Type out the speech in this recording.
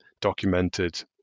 documented